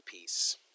peace